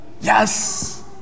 yes